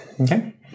Okay